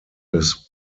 his